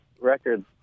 records